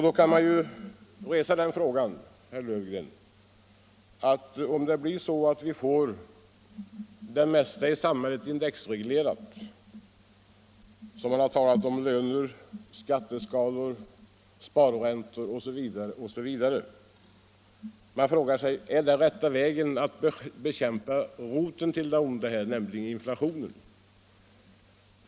Då kan man, herr Löfgren, ställa frågan: Att indexreglera det mesta i samhället = löner, skatteskalor, sparräntor osv. — är det rätta vägen att bekämpa roten till det onda, nämligen inflationen?